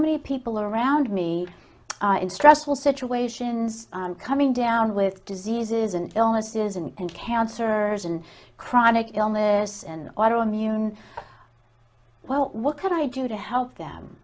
many people around me in stressful situations and coming down with diseases and illnesses and cancer and chronic illness and auto immune well what can i do to help them